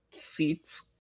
seats